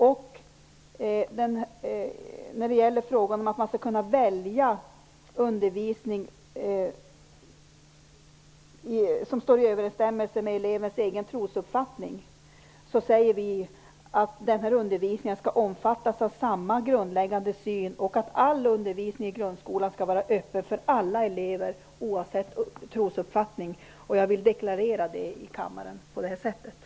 Med anledning av att eleven skall kunna välja undervisning som står i överensstämmelse med elevens egen trosuppfattning säger vi att den undervisningen skall omfattas av samma grundläggande syn. Vi säger också att all undervisning i grundskolan skall vara öppen för alla elever, oavsett trosuppfattning. Det vill jag deklarera i kammaren på detta sätt.